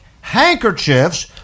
handkerchiefs